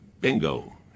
Bingo